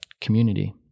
community